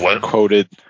quoted